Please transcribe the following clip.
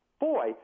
boy